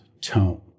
tone